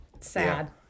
sad